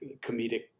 comedic